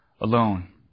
alone